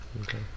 Okay